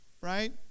right